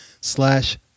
slash